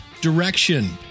direction